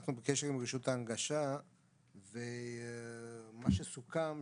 רבנו של כולנו, ואולי נגיד מילה טובה.